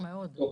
כן,